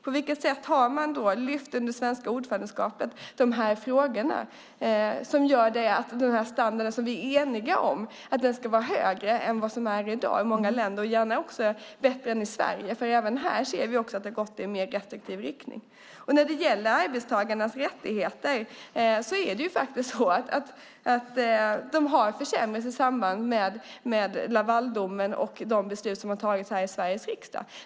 På vilket sätt har man under det svenska ordförandeskapet lyft de här frågorna som gör att standarden som vi är eniga om ska vara högre än vad den är i dag i många länder? Den får gärna också vara bättre än den är i dag i Sverige, för även här ser vi att det har gått i en mer restriktiv riktning. När det gäller arbetstagarnas rättigheter har de försämrats i samband med Lavaldomen och de beslut som har tagits här i Sveriges riksdag.